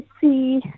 see